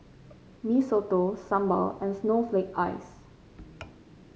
Mee Soto Sambal and Snowflake Ice